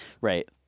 right